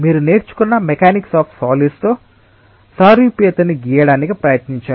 మీరు నేర్చుకున్న mechanics of solids తో సారూప్యతను గీయడానికి ప్రయత్నించండి